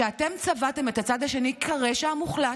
שאתם צבעתם את הצד השני כרשע המוחלט,